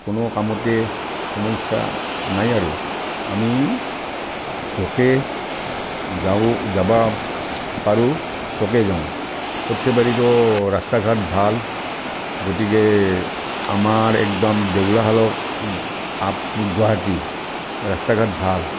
কোনো কামতে সমস্যা নাই আৰু আমি য'কে যাওঁ যাবা পাৰোঁ ত'কে যাওঁ সৰ্থেবাৰীৰো ৰাস্তা ঘাট ভাল গতিকে আমাৰ একদম দেউলাশালৰ আপ টু গুৱাহাটী ৰাস্তা ঘাট ভাল